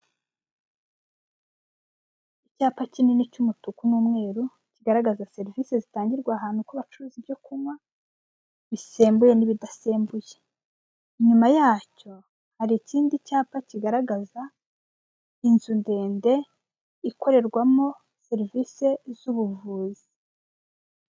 Icyapa kinini cu'umutuku n'umweru kigaragaza serivise zitangirwa ahantu ko bacuruza ibyo kunywa bisembuye n'ibidasembuye, inyuma yacyo hari ikindi cyapa kigaragaza inzu ndende ikorerwamo serivise z'ubuvuzi.